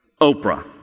Oprah